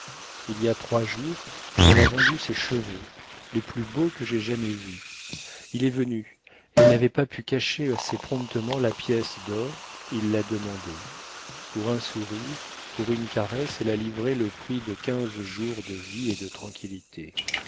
il y a trois jours elle a vendu ses cheveux les plus beaux que j'aie jamais vus il est venu elle n'avait pas pu cacher assez promptement la pièce d'or il l'a demandée pour un sourire pour une caresse elle a livré le prix de quinze jours de vie et de tranquillité